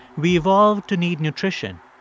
we evolve to need nutrition,